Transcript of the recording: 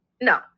No